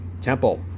Temple